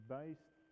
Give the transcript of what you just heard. based